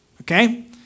Okay